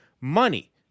money